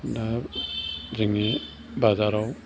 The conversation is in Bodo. दा जोंनि बाजाराव